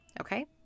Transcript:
okay